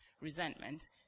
resentment